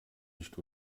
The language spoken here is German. nicht